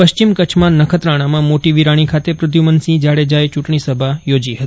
પશ્ચિમ કચ્છમાં નખત્રાણામાં મોટી વિરાણી ખાતે પ્રઘ્યુમન સિંહ જાડેજાએ ચૂંટણીસભા યોજી હતી